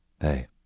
Hey